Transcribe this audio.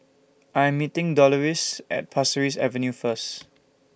I Am meeting Deloris At Pasir Ris Avenue First